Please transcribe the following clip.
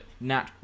Nat